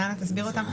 אילנה תסביר אותם.